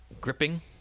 gripping